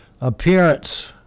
appearance